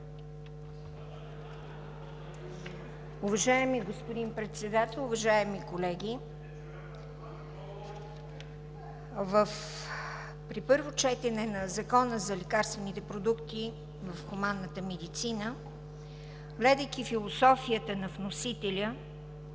Уважаеми господин Председател, уважаеми колеги! На първо четене на ЗИД на Закона за лекарствените продукти в хуманната медицина, гледайки философията на вносителя,